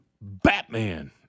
Batman